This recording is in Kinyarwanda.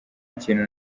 kintu